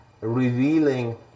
revealing